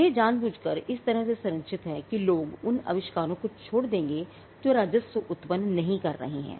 यह जानबूझकर इस तरह से संरचित है कि लोग उन आविष्कारों को छोड़ देंगे जो राजस्व उत्पन्न नहीं कर रहे हैं